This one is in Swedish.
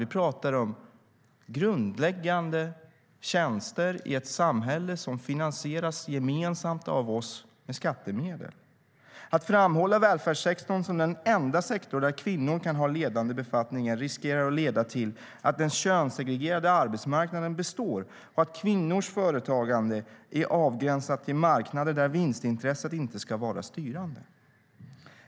Vi pratar om grundläggande tjänster i ett samhälle som finansieras gemensamt av oss med skattemedel. Att framhålla välfärdssektorn som den enda sektor där kvinnor kan ha ledande befattningar riskerar att leda till att den könssegregerade arbetsmarknaden består och att kvinnors företagande är avgränsat till marknader där vinstintresset inte ska vara styrande.